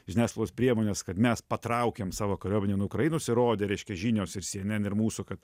žiniasklaidos priemonės kad mes patraukėm savo kariuomenę nuo ukrainos ir rodė reiškia žinios ir cnn ir mūsų kad